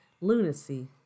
lunacy